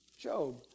Job